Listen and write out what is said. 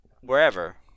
wherever